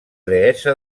deessa